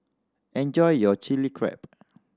enjoy your Chili Crab